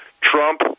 Trump